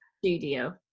studio